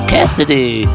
Cassidy